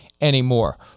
anymore